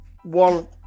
one